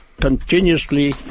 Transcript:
Continuously